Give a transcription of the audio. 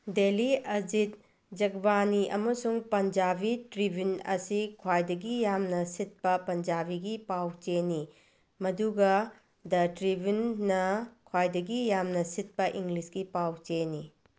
daily Ajit ꯖꯒꯕꯥꯅꯤ ꯑꯃꯁꯨꯡ Punjabi Tribune ꯑꯁꯤ ꯈ꯭ꯋꯥꯏꯗꯒꯤ ꯌꯥꯝꯅ ꯁꯤꯠꯄ ꯄꯨꯟꯖꯥꯕꯤꯒꯤ ꯄꯥꯎ ꯆꯦꯅꯤ ꯃꯗꯨꯒ ꯗ ꯇ꯭ꯔꯤꯕꯨꯟꯅ ꯈ꯭ꯋꯥꯏꯗꯒꯤ ꯌꯥꯝꯅ ꯁꯤꯠꯄ ꯏꯪꯂꯤꯁꯀꯤ ꯄꯥꯎ ꯆꯦꯅꯤ